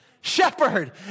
Shepherd